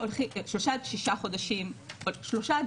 שלושה עד שנה,